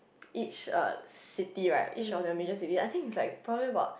each uh city right each of their major city I think is like probably about